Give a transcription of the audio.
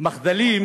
מחדלים